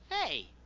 Hey